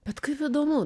bet kaip įdomu